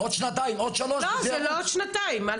עוד שנתיים, עוד שלוש.